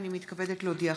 הינני מתכבדת להודיעכם,